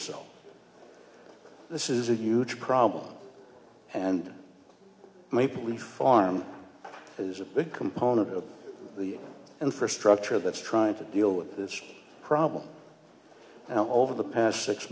so this is a huge problem and maple leaf farm is a big component of the infrastructure that's trying to deal with this problem and over the past six